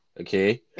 okay